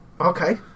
Okay